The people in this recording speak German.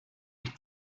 ich